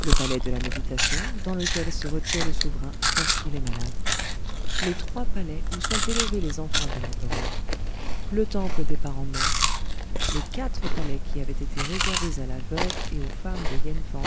le palais de la méditation dans lequel se retire le souverain lorsqu'il est malade les trois palais où sont élevés les enfants de l'empereur le temple des parents morts les quatre palais qui avaient été réservés à la veuve et aux femmes de